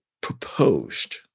proposed